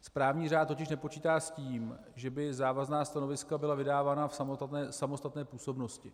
Správní řád totiž nepočítá s tím, že by závazná stanoviska byla vydávána v samostatné působnosti.